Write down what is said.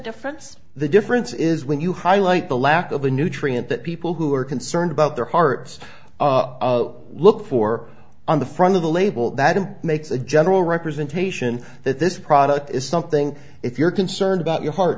difference the difference is when you highlight the lack of a nutrient that people who are concerned about their hearts look for on the front of the label that makes a general representation that this product is something if you're concerned about your heart